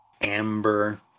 amber